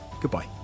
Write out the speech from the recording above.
Goodbye